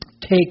takes